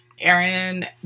Aaron